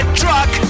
truck